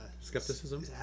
skepticism